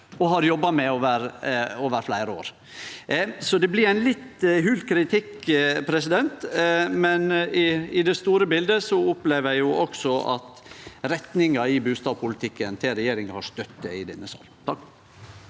og har jobba med over fleire år. Så det blir ein litt hol kritikk, men i det store biletet opplever eg at retninga i bustadpolitikken til regjeringa har støtte i denne salen.